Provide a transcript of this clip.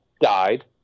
died